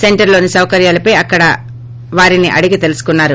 సెంటర్లోని సౌకర్యాలపై అక్కడ వారిని అడిగి తెలుసుకున్నారు